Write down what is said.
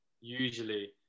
usually